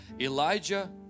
Elijah